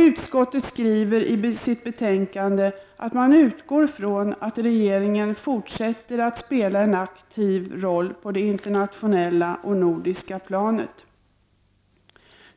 Utskottet skriver i sitt betänkande att man utgår från att regeringen fortsätter att spela en aktiv roll på det internationella och nordiska planet.